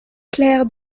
clair